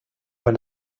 when